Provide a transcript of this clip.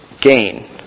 gain